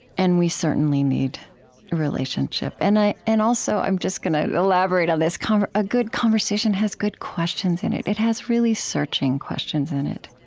and we certainly need relationship and and also i'm just gonna elaborate on this kind of a good conversation has good questions in it. it has really searching questions in it.